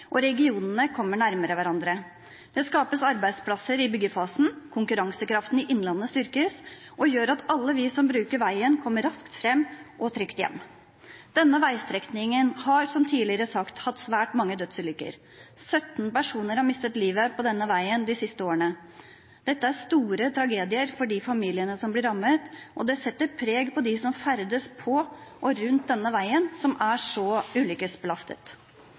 og regionene kommer nærmere hverandre. Det skapes arbeidsplasser i byggefasen, og konkurransekraften i innlandet styrkes og gjør at alle vi som bruker veien, kommer raskt fram og trygt hjem. Denne veistrekningen har, som tidligere sagt, hatt svært mange dødsulykker. 17 personer har mistet livet på denne veien de siste årene. Dette er store tragedier for de familiene som blir rammet, og det setter sitt preg på dem som ferdes på og rundt denne veien, som er så ulykkesbelastet.